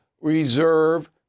reserve